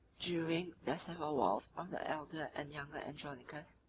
during the civil wars of the elder and younger andronicus,